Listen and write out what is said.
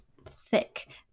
thick